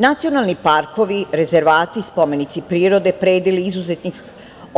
Nacionalni parkovi, rezervati, spomenici prirode, predeli izuzetnih